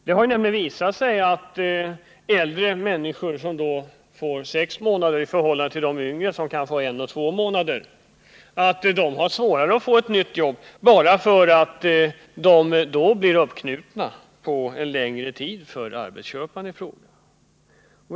Det har nämligen visat sig att äldre människor, som har sex månaders anställningsskydd, har svårare att få ett nytt jobb än en yngre person, som har en å två månaders anställningsskydd, och detta på grund av att arbetsköparen i fråga då blir uppknuten på längre tid.